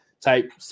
type